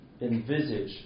envisage